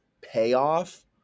payoff